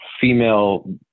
female